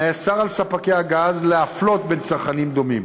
נאסר על ספקי הגז להפלות בין צרכנים דומים: